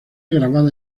grabada